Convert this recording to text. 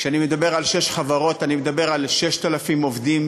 כשאני מדבר על שש חברות אני מדבר על 6,000 עובדים,